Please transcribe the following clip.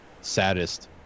saddest